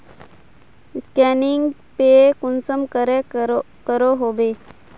Scanning पे कुंसम करे करो होबे?